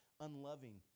unloving